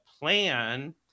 plan